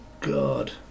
god